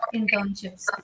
internships